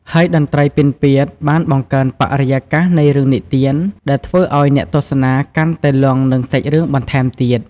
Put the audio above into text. ហើយតន្ត្រីពិណពាទ្យបានបង្កើនបរិយាកាសនៃរឿងនិទាន និងធ្វើឲ្យអ្នកទស្សនាកាន់តែលង់នឹងសាច់រឿងបន្ថែមទៀត។